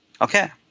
Okay